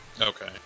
Okay